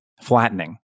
flattening